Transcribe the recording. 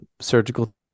surgical